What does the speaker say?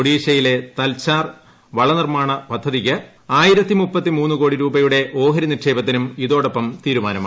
ഒഡീഷയിലെ തൽചാർ വ്ളനിർമാണ പദ്ധതിക്ക് ആയരത്തി മുപ്പത്തി മൂന്ന് കോടി രൂപയുടെ ഓഹരി നിക്ഷേപത്തിനും ഇതോടൊപ്പം തീരുമാനമായി